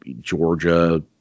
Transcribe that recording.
Georgia